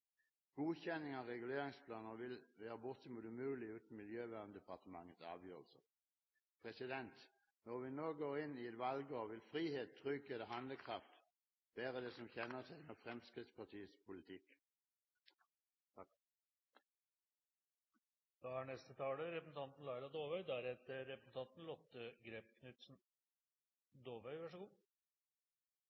Godkjenning av reguleringsplaner vil være bortimot umulig uten Miljøverndepartementets avgjørelse. Når vi nå går inn i et valgår, vil frihet, trygghet og handlekraft være det som kjennetegner Fremskrittspartiets politikk. Mer enn 200 000 mennesker i Norge sliter med nedsatt arbeidsevne. Både for den enkelte og for norsk økonomi er det viktig at så